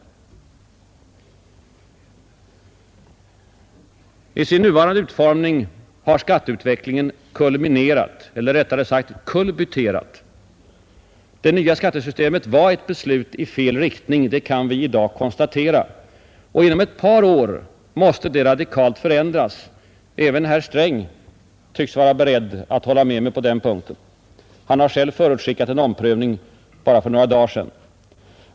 I sin nuvarande utformning har skatteutvecklingen kulminerat — eller rättare sagt kullbytterat. Det nya skattesystemet var ett beslut i fel riktning. Det kan vi i dag konstatera. Inom ett par år måste det radikalt förändras. Även herr Sträng tycks vara beredd att hålla med mig på den punkten. Han har själv bara för några dagar sedan förutskickat en omprövning.